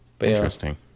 interesting